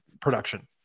production